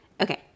Okay